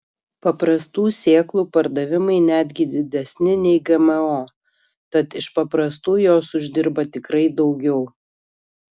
paprastų sėklų pardavimai netgi didesni nei gmo tad iš paprastų jos uždirba tikrai daugiau